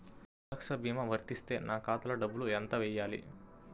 సురక్ష భీమా వర్తిస్తే నా ఖాతాలో డబ్బులు ఎంత వేయాలి?